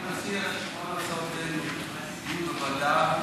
אני מציע שכל ההצעות האלו, נעשה דיון בוועדה.